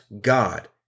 God